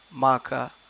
Maka